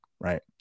right